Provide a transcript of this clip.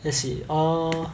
let's see err